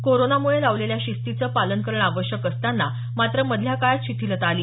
कोरोनामुळे लावलेल्या शिस्तीचं पालन करणं आवश्यक असताना मात्र मधल्या काळात शिथिलता आली